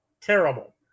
terrible